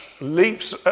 leaps